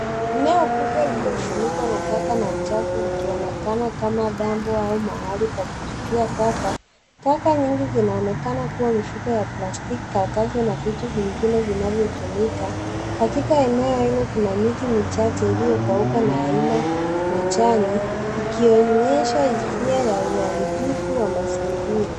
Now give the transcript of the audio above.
Eneo kubwa lililofunikwa na taka na uchafu likionekana kama dampo au mahali pa kutupia taka, taka nyingi zinaoneka kua mfuko ya plastiki, karatasi na vitu vingine vinavyotumika. Katika eneo hili kuna miti michache iliyokauka na haina majani ikionyesha hisia ya uharibifu wa mazingira.